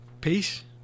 peace